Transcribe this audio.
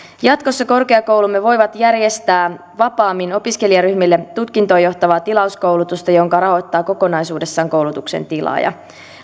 jatkossa korkeakoulumme voivat järjestää vapaammin opiskelijaryhmille tutkintoon johtavaa tilauskoulutusta jonka rahoittaa kokonaisuudessaan koulutuksen tilaaja